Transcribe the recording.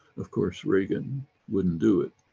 of course, reagan wouldn't do it.